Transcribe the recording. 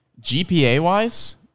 GPA-wise